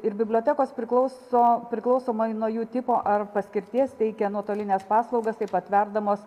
ir bibliotekos priklauso priklausomai nuo jų tipo ar paskirties teikia nuotolines paslaugas taip atverdamos